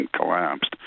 collapsed